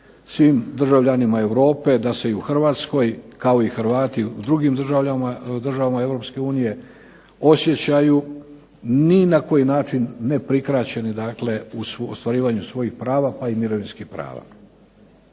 svim državljanima Europe da se i u Hrvatskoj kao i Hrvati u drugim državama EU osjećaju ni na koji način ne prikraćeni dakle u ostvarivanju svojih prava pa i mirovinskih prava.